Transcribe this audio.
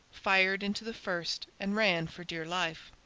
fired into the first and ran for dear life.